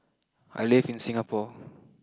I live in Singapore